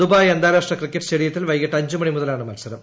Dubai അന്താരാഷ്ട്ര cricket സ്റ്റേഡിയത്തിൽ വൈകിട്ട് അഞ്ചു മണി മുതലാണ് മത്സരം